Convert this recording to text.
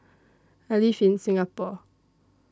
I live in Singapore